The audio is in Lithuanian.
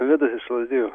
vidas iš lazdijų